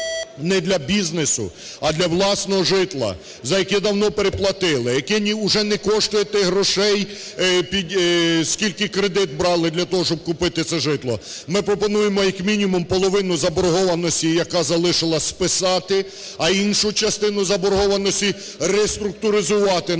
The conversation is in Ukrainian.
не для бізнесу, а для власного житла, за яке давно переплатили, яке уже не коштує тих грошей під скільки кредит брали для того, щоб купити це житло. Ми пропонуємо, як мінімум, половину заборгованості, яка залишилася, списати, а іншу частину заборгованості реструктуризувати на